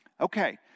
Okay